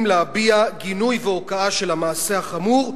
להביע גינוי והוקעה של המעשה החמור,